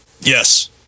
yes